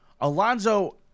Alonzo